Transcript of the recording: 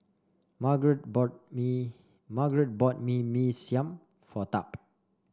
Margeret bought Mee Margeret bought Mee Mee Siam for Tab